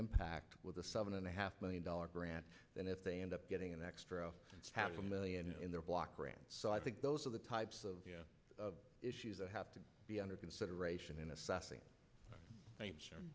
impact with a seven and a half million dollar grant than if they end up getting an extra half a million in their block grant so i think those are the types of issues that have to be under consideration in assessing